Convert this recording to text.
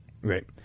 right